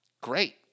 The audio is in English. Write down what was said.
Great